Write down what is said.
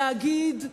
להגיד: